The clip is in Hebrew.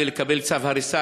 ולקבל צו הריסה,